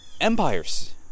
empires